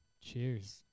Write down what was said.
Cheers